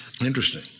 Interesting